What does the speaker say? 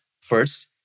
first